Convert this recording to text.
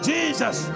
Jesus